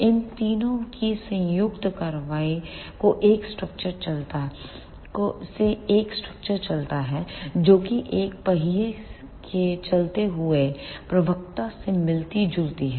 इन तीनों की संयुक्त कार्रवाई से एक स्ट्रक्चर चलता है जो की एक पहिया के चलते हुए प्रवक्ता से मिलती जुलती है